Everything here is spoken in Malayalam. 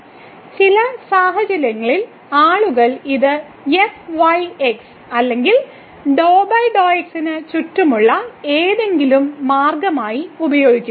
ചില സാഹിത്യങ്ങളിൽ ആളുകൾ ഇത് fyx അല്ലെങ്കിൽ ∂x∂y ന് ചുറ്റുമുള്ള മറ്റേതെങ്കിലും മാർഗമായി ഉപയോഗിക്കുന്നു